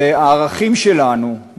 היא הערכים שלנו,